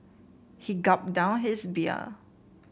he gulped down his beer